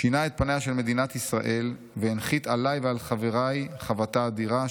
"שינה את פניה של מדינת ישראל והנחית עליי ועל חבריי חבטה אדירה,